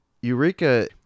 Eureka